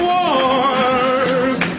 Wars